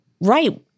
right